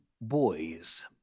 boys